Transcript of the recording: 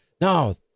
No